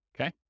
Okay